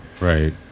right